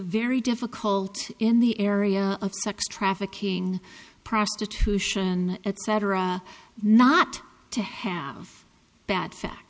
very difficult in the area of sex trafficking prostitution etc not to have bad fact